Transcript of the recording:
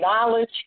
knowledge